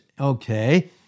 okay